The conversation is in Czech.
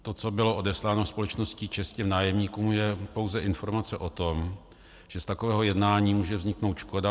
To, co bylo odesláno společností ČEZ nájemníkům, je pouze informace o tom, že z takového jednání může vzniknout škoda.